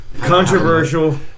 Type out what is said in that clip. Controversial